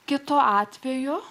kitu atveju